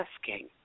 asking